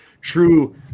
true